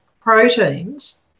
proteins